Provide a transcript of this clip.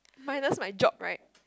minus my job right